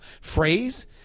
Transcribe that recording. phrase